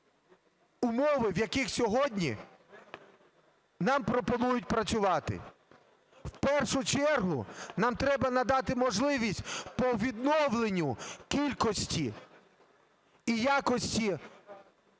умови, в яких сьогодні нам пропонують працювати. В першу чергу нам треба надати можливість по відновленню кількості і якості нашого